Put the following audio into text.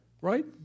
right